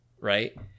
right